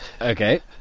Okay